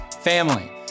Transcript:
Family